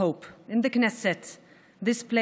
ערב טוב